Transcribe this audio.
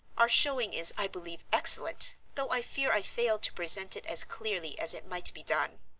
our showing is, i believe, excellent, though i fear i fail to present it as clearly as it might be done.